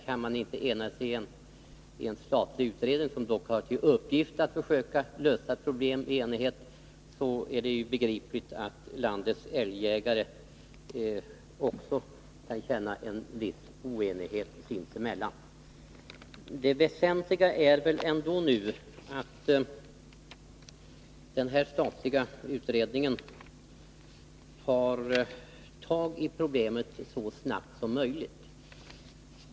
Kan man inte enas i en statlig utredning, som dock har till uppgift att försöka lösa problem i enighet, är det begripligt att landets älgjägare också kan känna viss oenighet sinsemellan. Det väsentliga är ändå nu att den statliga utredningen tar tag i problemet så snart som möjligt.